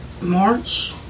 March